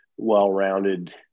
well-rounded